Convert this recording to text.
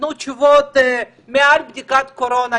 שייתנו תשובות מעל בדיקת קורונה.